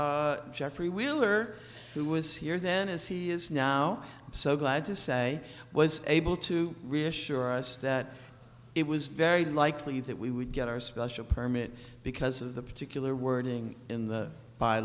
but jeffrey wheeler who was here then as he is now so glad to say was able to reassure us that it was very likely that we would get our special permit because of the particular wording in the by